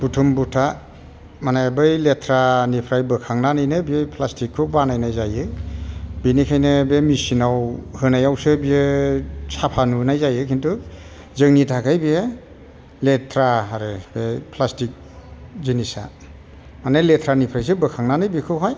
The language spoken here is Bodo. बुथुम बुथा माने बै लेथ्रानिफ्राय बोखांनानैनो बेयो प्लास्टिकखौ बानायनाय जायो बेनिखायनो बे मेसिनाव होनायावसो बियो साफा नुनाय जायो किन्तु जोंनि थाखाय बेयो लेथ्रा आरो प्लास्टिक जिनिसा माने लेथ्रानिफ्रायसो बोखांनानै बेखौहाय